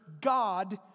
God